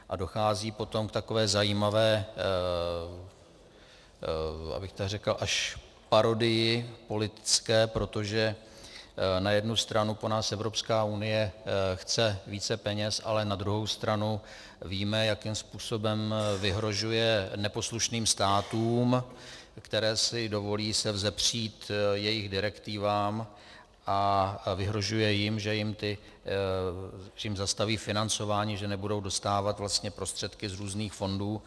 A dochází potom k takové zajímavé, abych tak řekl až parodii politické, protože na jednu stranu po nás Evropská unie chce více peněz, ale na druhou stranu víme, jakým způsobem vyhrožuje neposlušným státům, které si dovolí se vzepřít jejich direktivám, a vyhrožuje jim tím, že jim zastaví financování, že nebudou dostávat vlastně prostředky z různých fondů.